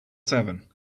seven